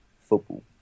football